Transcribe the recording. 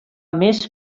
més